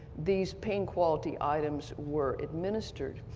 these pain quality items were administered.